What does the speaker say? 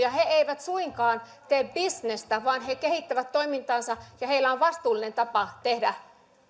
eivätkä he suinkaan tee bisnestä vaan he kehittävät toimintaansa ja heillä on vastuullinen tapa